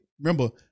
remember